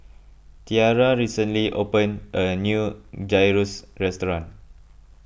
Tiarra recently opened a new Gyros Restaurant